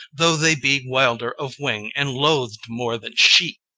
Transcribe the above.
though they be wilder of wing and loathed more than she!